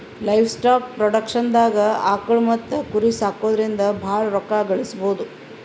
livestock ಪ್ರೊಡಕ್ಷನ್ದಾಗ್ ಆಕುಳ್ ಮತ್ತ್ ಕುರಿ ಸಾಕೊದ್ರಿಂದ ಭಾಳ್ ರೋಕ್ಕಾ ಗಳಿಸ್ಬಹುದು